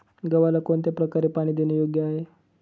गव्हाला कोणत्या प्रकारे पाणी देणे योग्य आहे?